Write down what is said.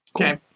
Okay